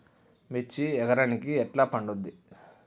మిర్చి ఎకరానికి ఎట్లా పండుద్ధి?